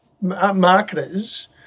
marketers